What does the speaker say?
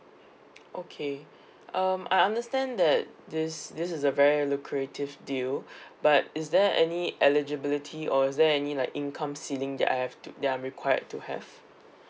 okay um I understand that this this is a very lucrative deal but is there any eligibility or is there any like income ceiling that I have to that I'm required to have